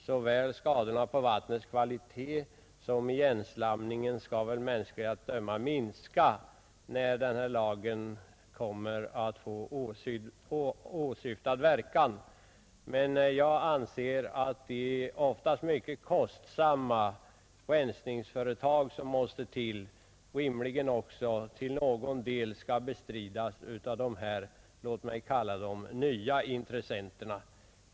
Såväl skadorna på vattnets kvalitet som igenslamningen skall väl mänskligt att döma minska, när denna lag får åsyftad verkan. Men jag anser att de oftast mycket kostsamma rensningsföretag som måste till rimligen också till någon del skall bestridas av dessa, låt mig kalla dem nya intressenter.